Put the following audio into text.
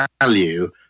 value